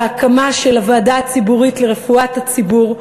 בהקמה של הוועדה הציבורית לרפואת הציבור.